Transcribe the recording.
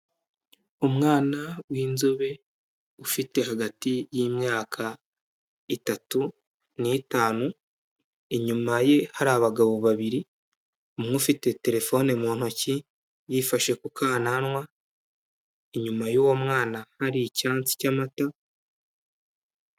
Umwana w'inzobe ufite hagati y'imyaka itatu n'itanu, inyuma ye hari abagabo babiri umwe ufite terefone mu ntoki yifashe ku kananwa inyuma y'uwo mwana hari icyansi cy'amata.